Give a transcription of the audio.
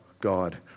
God